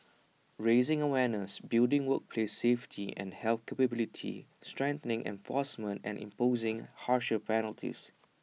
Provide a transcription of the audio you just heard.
raising awareness building workplace safety and health capability strengthening enforcement and imposing harsher penalties